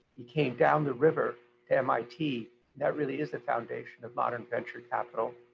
he came down the river to mit and that really is the foundation of modern venture capital.